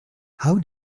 how